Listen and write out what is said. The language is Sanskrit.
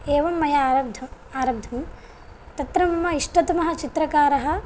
एवं मया आरब्धं आरब्धं तत्र मम इष्टतमः चित्रकारः